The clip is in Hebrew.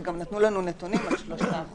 כי גם נתנו לנו נתונים על 3%